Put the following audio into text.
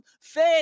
faith